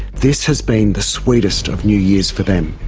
this has been the sweetest of new year's for them.